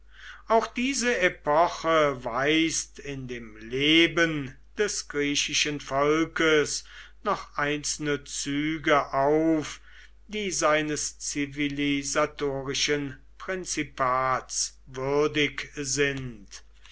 auch diese epoche weist in dem leben des griechischen volkes noch einzelne züge auf die seines zivilisatorischen prinzipats würdig sind